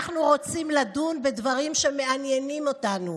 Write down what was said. אנחנו רוצים לדון בדברים שמעניינים אותנו".